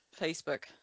Facebook